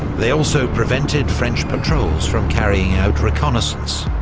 they also prevented french patrols from carrying out reconnaissance,